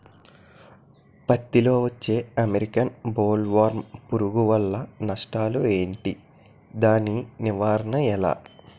పత్తి లో వచ్చే అమెరికన్ బోల్వర్మ్ పురుగు వల్ల నష్టాలు ఏంటి? దాని నివారణ ఎలా?